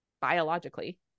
biologically